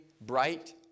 bright